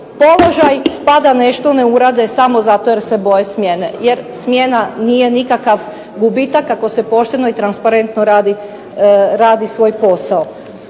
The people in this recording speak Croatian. položaj, pa da nešto ne urade samo zato jer se boje smjene, jer smjena nije nikakav gubitak ako se pošteno i transparentno radi svoj posao.